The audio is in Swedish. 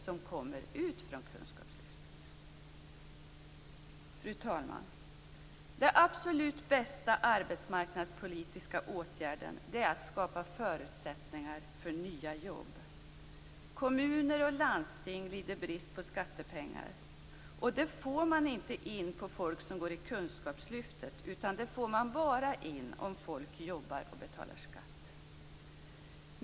Fru talman! Den absolut bästa arbetsmarknadspolitiska åtgärden är att skapa förutsättningar för nya jobb. Kommuner och landsting lider brist på skattepengar, och sådana får man inte in på att folk går i kunskapslyftet utan bara genom att folk jobbar och betalar skatt.